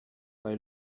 bei